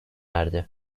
erdi